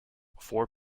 four